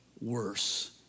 worse